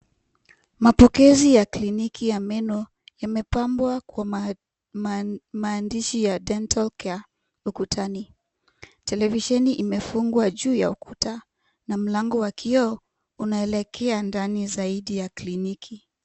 Mapokezi ya kliniki ya meno yamepabwa maandishi ya dental care ukutani televisheni imefungwa juu ya ukuta na mlango wa kioo unaelekea ndani zaidi.